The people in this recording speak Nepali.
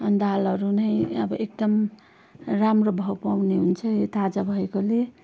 अन् दालहरू नै अब एकदम राम्रो भाउ पाउने हुन्छ यो ताजा भएकोले